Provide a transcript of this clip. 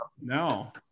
No